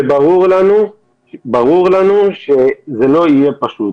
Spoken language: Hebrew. ברור לנו שזה לא יהיה פשוט.